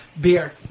beer